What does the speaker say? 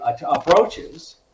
approaches